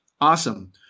Awesome